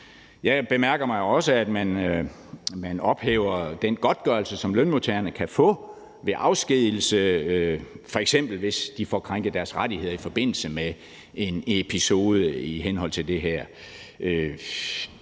Jeg bemærker også, at man ophæver den godtgørelse, som lønmodtagerne kan få ved afskedigelse, f.eks. hvis de får krænket deres rettigheder i forbindelse med en episode i henhold til det her.